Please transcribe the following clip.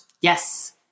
Yes